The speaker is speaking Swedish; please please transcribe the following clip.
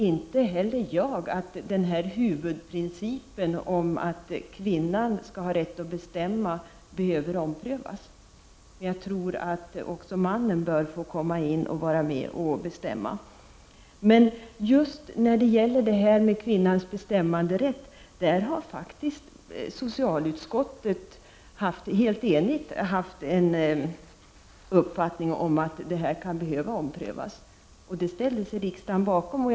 Inte heller jag tror att denna huvudprincip, att kvinnan skall ha rätt att bestämma, behöver omprövas. Men även mannen bör få vara med och bestämma. Just när det gäller kvinnans bestämmanderätt har faktiskt socialutskottet helt enigt haft den uppfattningen att denna princip kan behöva omprövas. Riksdagen ställde sig bakom denna uppfattning.